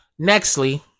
nextly